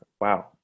Wow